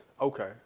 Okay